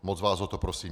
Moc vás o to prosím.